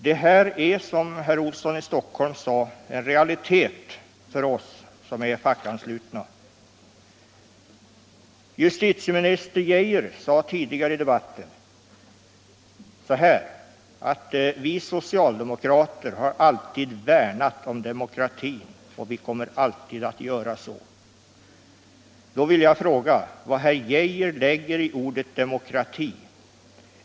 Det här är, som herr Olsson i Stockholm sade, en realitet för oss som är fackanslutna. Justitieminister Geijer sade tidigare i debatten: Vi socialdemokrater har alltid värnat om demokratin och vi kommer alltid att göra så. Då Nr 149 vill jag fråga vad herr Geijer lägger in i ordet demokrati.